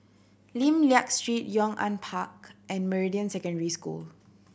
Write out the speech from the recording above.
Lim Liak Street Yong An Park and Meridian Secondary School